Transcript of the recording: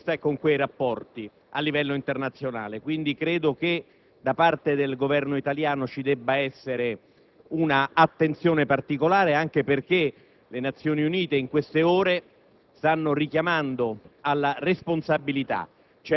che ha un rapporto preferenziale con la Cina comunista e con quei rapporti a livello internazionale. Credo che da parte del Governo italiano ci debba essere un'attenzione particolare, anche perché le Nazioni Unite in queste ore